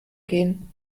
gehen